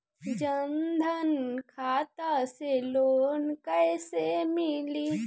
जन धन खाता से लोन कैसे मिली?